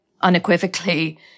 unequivocally